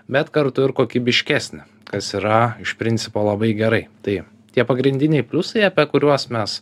bet kartu ir kokybiškesnį kas yra iš principo labai gerai tai tie pagrindiniai pliusai apie kuriuos mes